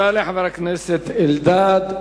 תודה לחבר הכנסת אלדד.